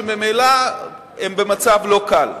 שממילא הן במצב לא קל.